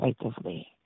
effectively